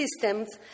systems